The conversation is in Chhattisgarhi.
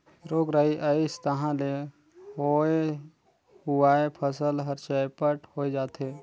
रोग राई अइस तहां ले होए हुवाए फसल हर चैपट होए जाथे